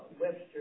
Webster